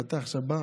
אתה בא עכשיו.